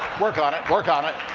work on it. work on it.